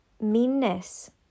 Meanness